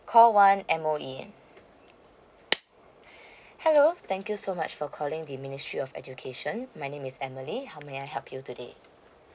call one M_O_E hello thank you so much for calling the ministry of education my name is emily how may I help you today